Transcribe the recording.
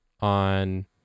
on